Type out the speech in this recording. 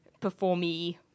performee